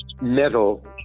metal